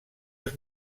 els